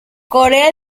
corea